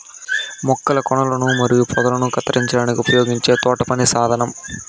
మొక్కల కొనలను మరియు పొదలను కత్తిరించడానికి ఉపయోగించే తోటపని సాధనం